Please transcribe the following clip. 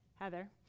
Heather